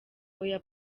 oya